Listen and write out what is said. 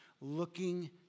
Looking